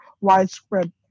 widespread